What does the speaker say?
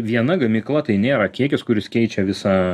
viena gamykla tai nėra kiekis kuris keičia visą